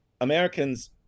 Americans